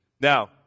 Now